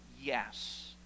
yes